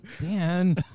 Dan